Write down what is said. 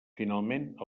finalment